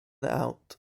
out